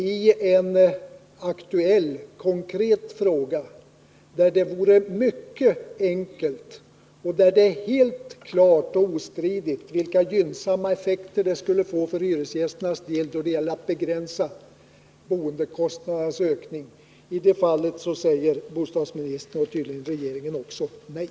Det handlar här om en enkel, konkret åtgärd, som helt ostridigt skulle få gynnsamma effekter för hyresgästernas del då det gäller att begränsa boendekostnadernas ökning. Men till en sådan åtgärd säger bostadsministern — och tydligen också regeringen — nej.